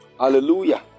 Hallelujah